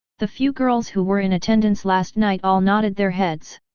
the few girls who were in attendance last night all nodded their heads.